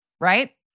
right